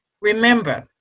remember